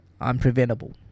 unpreventable